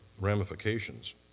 ramifications